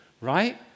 right